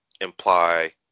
imply